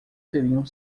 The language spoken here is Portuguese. teriam